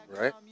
Right